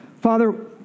Father